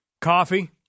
Coffee